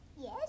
Yes